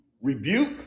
rebuke